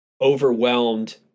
overwhelmed